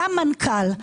למנכ"ל.